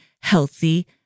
healthy